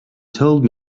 told